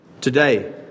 Today